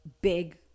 big